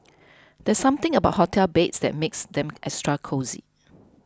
there's something about hotel beds that makes them extra cosy